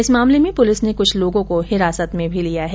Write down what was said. इस मामले में पुलिस ने कुछ लोगों को हिरासत में भी लिया हैं